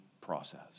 process